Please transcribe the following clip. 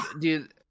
dude